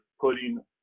putting